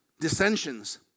Dissensions